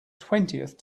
twentieth